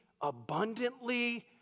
abundantly